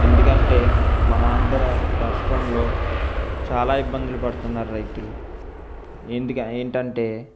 ఎందుకంటే మన ఆంధ్రరాష్ట్రంలో చాలా ఇబ్బందులు పడుతున్నారు రైతులు ఏందిగ ఏంటంటే